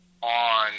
on